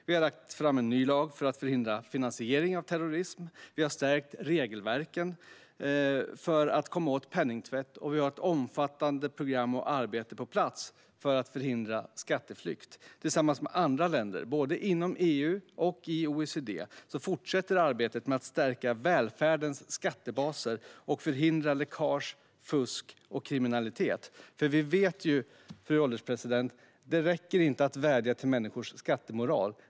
Vi har lagt fram en ny lag för att förhindra finansiering av terrorism. Vi har stärkt regelverken för att komma åt penningtvätt, och vi har ett omfattande program och arbete på plats för att förhindra skatteflykt. Tillsammans med andra länder både inom EU och i OECD fortsätter arbetet med att stärka välfärdens skattebaser och förhindra läckage, fusk och kriminalitet. Fru ålderspresident! Vi vet att det inte räcker att vädja till människors skattemoral.